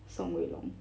宋威龙